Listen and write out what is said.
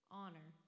honor